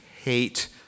hate